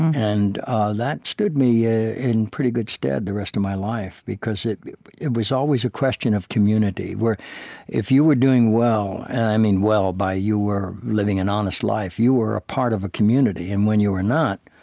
and that stood me ah in pretty good stead the rest of my life, because it it was always a question of community, where if you were doing well and i mean well by you were living an honest life you were a part of community. and when you were not,